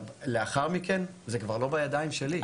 לאחר מכן זה כבר לא בידיים שלי.